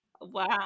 Wow